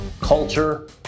culture